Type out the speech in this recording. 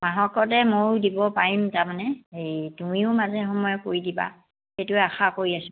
মাহকতে ময়ো দিব পাৰিম তাৰমানে এই তুমিও মাজে সময়ে কৰি দিবা সেইটোৱে আশা কৰি আছোঁ